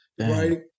right